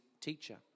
teacher